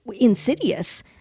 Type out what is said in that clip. insidious